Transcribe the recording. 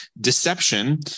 deception